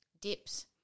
Dips